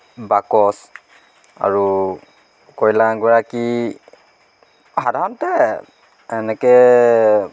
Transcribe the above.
বাকচ আৰু কইনাগৰাকী সাধাৰণতে এনেকৈ